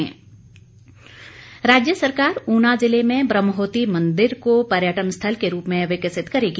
वीरेन्द्र कंवर राज्य सरकार ऊना जिले में ब्रह्मोती मंदिर को पर्यटन स्थल के रूप में विकसित करेगी